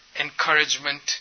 encouragement